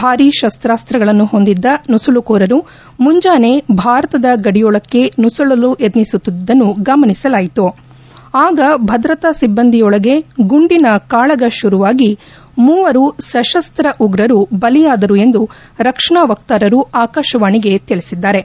ಭಾರೀ ಶಸ್ತಾಸ್ತಗಳನ್ನು ಹೊಂದಿದ್ದ ನುಸುಳುಕೋರರು ಮುಂಜಾನೆ ಭಾರತದ ಗಡಿಯೊಳಕ್ಕೆ ನುಸುಳಲು ಯತ್ನಿಸುತ್ತಿದ್ದುದ್ದನ್ನು ಗಮನಿಸಲಾಯಿತು ಆಗಿ ಭದ್ರತಾ ಸಿಬ್ಲಂದಿಯೊಂದಿಗೆ ಗುಂಡಿನ ಕಾಳಗ ಶುರುವಾಗಿ ಮೂವರು ಸಶಸ್ತ ಉಗ್ರರು ಬಲಿಯಾದರು ಎಂದು ರಕ್ಷಣಾ ವಕ್ತಾರರು ಆಕಾಶವಾಣಿಗೆ ತಿಳಿಸಿದ್ದಾರೆ